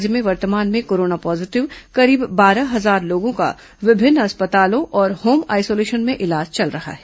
राज्य में वर्तमान में कोरोना पॉजीटिव करीब बारह हजार लोगों का विभिन्न अस्पतालों और होम आइसोलेशन में इलाज चल रहा है